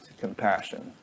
compassion